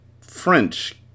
French